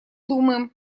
думаем